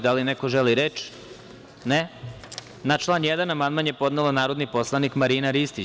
Da li neko želi reč? (Ne.) Na član 1. amandman je podnela narodni poslanik Marina Ristić.